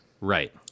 Right